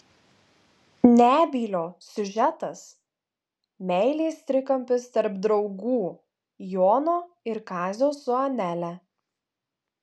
nebylio siužetas meilės trikampis tarp draugų jono ir kazio su anele